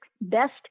best